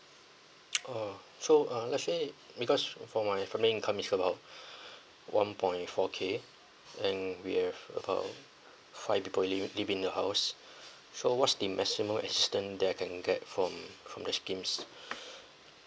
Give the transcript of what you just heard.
orh so uh let say because for my monthly income is about one point four K then we have about five people liv~ live in the house so what's the maximum assistance that I can get from from this scheme